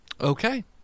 Okay